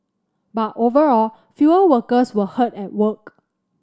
but overall fewer workers were hurt at work